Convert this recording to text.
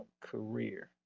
career